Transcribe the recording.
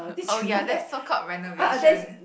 oh ya that's so called renovation